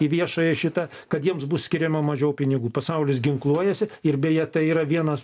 į viešąją šitą kad jiems bus skiriama mažiau pinigų pasaulis ginkluojasi ir beje tai yra vienas